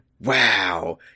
Wow